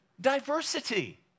diversity